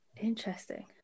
interesting